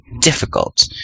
difficult